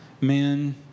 men